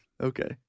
Okay